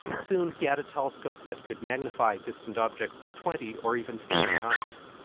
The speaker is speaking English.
soon he had a telescope that could magnify distant objects twenty or even thirty times.